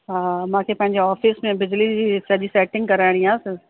हा मांखे पंहिंजे ऑफ़िस में बिजली जी सॼी सेटिंग कराइणी आहे त